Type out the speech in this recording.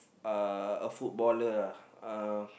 uh a footballer uh